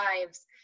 lives